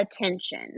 attention